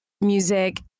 music